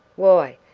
why,